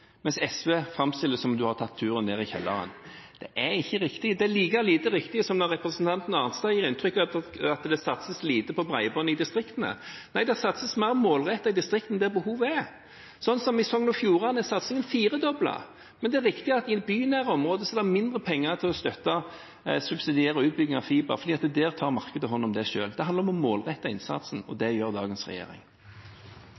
mens SV framstiller det som om man har tatt turen ned i kjelleren. Det er ikke riktig. Det er like lite riktig som når representanten Arnstad gir inntrykk av at det satses lite på bredbånd i distriktene. Nei, det satses mer målrettet i distriktene der behovet er, sånn som i Sogn og Fjordane, der satsingen er firedoblet. Men det er riktig at i bynære områder er det mindre penger til å subsidiere utbygging av fiber, for der tar markedet hånd om det selv. Det handler om å målrette innsatsen, og